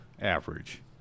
average